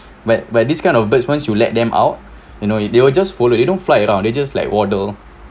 but but this kind of birds once you let them out you know it they will just follow they don't fly around they just like waddle